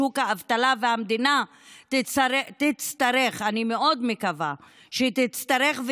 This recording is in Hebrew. והמדינה תצטרך אני מאוד מקווה שהיא תצטרך,